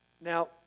Now